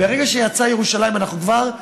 ברגע שיצאה ירושלים אצלנו כבר,